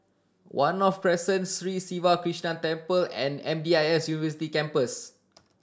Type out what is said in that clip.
One North Crescent Sri Siva Krishna Temple and M D I S University Campus